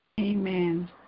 Amen